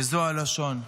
בזו הלשון: